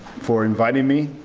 for inviting me.